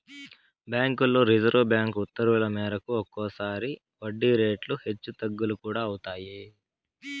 బ్యాంకుల్లో reserve bank ఉత్తర్వుల మేరకు ఒక్కోసారి వడ్డీ రేట్లు హెచ్చు తగ్గులు కూడా అవుతాయి